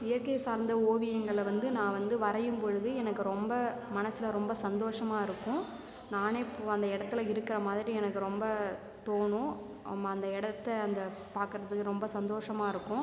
இயற்கை சார்ந்த ஓவியங்களை வந்து நான் வந்து வரையும் பொழுது எனக்கு ரொம்ப மனசில் ரொம்ப சந்தோஷமாயிருக்கும் நானே பு அந்த இடத்துல இருக்கிற மாதிரி எனக்கு ரொம்ப தோணும் அம் அந்த இடத்த அந்த பார்க்குறதுக்கு ரொம்ப சந்தோஷமாயிருக்கும்